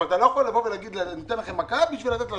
אבל אתה לא יכול להגיד: ניתן לך מכה בשביל לתת לשני.